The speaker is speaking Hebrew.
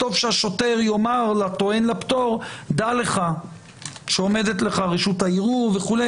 טוב שהשוטר יאמר לטוען לפטור: דע לך שעומדת לך רשות הערעור וכו'.